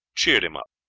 cheered him up.